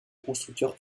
constructeur